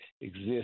exist